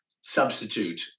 substitute